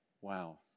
Wow